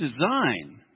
design